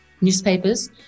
newspapers